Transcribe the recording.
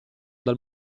dal